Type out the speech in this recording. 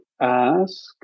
ask